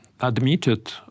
admitted